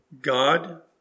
God